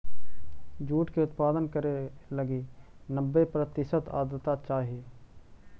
jute के उत्पादन करे लगी नब्बे प्रतिशत आर्द्रता चाहइ